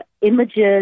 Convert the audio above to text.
images